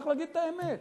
צריך להגיד את האמת.